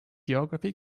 geography